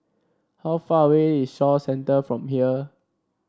how far away is Shaw Centre from here